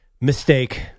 Mistake